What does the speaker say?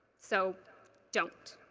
so don't.